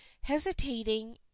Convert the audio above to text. hesitating